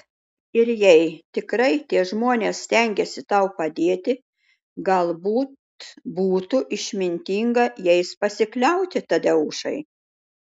ir jei tikrai tie žmonės stengiasi tau padėti galbūt būtų išmintinga jais pasikliauti tadeušai